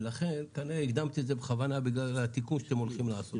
ולכן כנראה הקדמת את זה בכוונה בגלל התיקון שאתם הולכים לעשות.